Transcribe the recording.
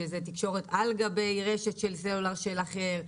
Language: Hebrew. שזה תקשורת על גבי רשת סלולר של אחר,